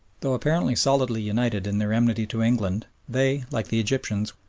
though apparently solidly united in their enmity to england, they, like the egyptians,